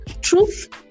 Truth